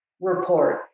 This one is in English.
report